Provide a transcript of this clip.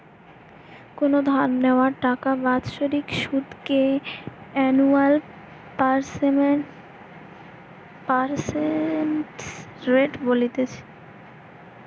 কোনো ধার নেওয়া টাকার বাৎসরিক সুধ কে অ্যানুয়াল পার্সেন্টেজ রেট বলতিছে